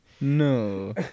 No